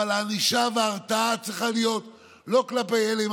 אבל הענישה וההרתעה צריכה להיות לא כלפי אלה עם